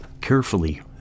Carefully